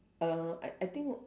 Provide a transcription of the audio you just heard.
uh I I think